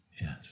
Yes